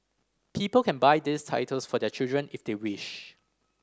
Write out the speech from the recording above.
people can buy these titles for their children if they wish